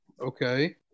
Okay